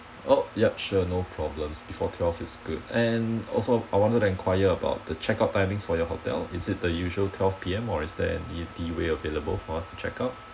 oh ya sure no problems before twelve is good and also I wanted to enquire about the checkout timings for your hotel is it the usual twelve P_M or is there any the way available for us to check out